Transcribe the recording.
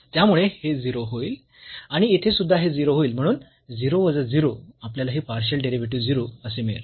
त्यामुळे हे 0 होईल आणि येथे सुद्धा हे 0 होईल म्हणून 0 वजा 0 आपल्याला हे पार्शियल डेरिव्हेटिव्ह 0 असे मिळेल